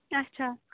اچھا